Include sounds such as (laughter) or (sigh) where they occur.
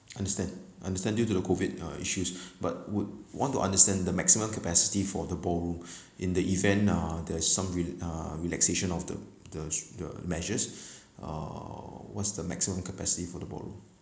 understand understand due to the COVID uh issues (breath) but would want to understand the maximum capacity for the ballroom (breath) in the event uh there's some re~ uh relaxation of the the the measures (breath) uh what's the maximum capacity for the ballroom